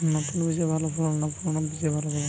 নতুন বীজে ভালো ফলন না পুরানো বীজে ভালো ফলন?